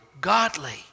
godly